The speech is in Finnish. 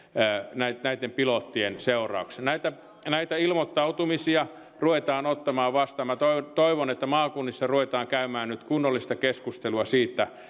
näitten näitten pilottien seurauksena näitä näitä ilmoittautumisia ruvetaan ottamaan vastaan ja toivon että maakunnissa ruvetaan käymään nyt kunnollista keskustelua siitä